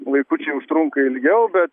vaikučiui užtrunka ilgiau bet